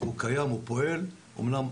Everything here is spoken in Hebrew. הוא קיים והוא פועל, אומנם